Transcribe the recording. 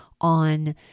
on